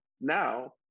Now